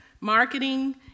marketing